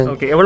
Okay